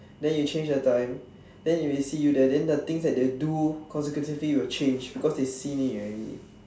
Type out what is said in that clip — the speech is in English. then you change the time then if they see you there then the things that they do consecutively will change because they seen it already